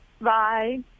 Bye